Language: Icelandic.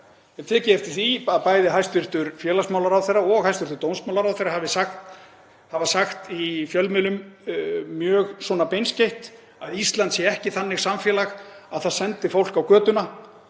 ég tekið eftir því að bæði hæstv. félagsmálaráðherra og hæstv. dómsmálaráðherra hafa sagt í fjölmiðlum mjög beinskeytt að Ísland sé ekki þannig samfélag að það sendi fólk á götuna.